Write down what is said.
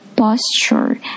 Posture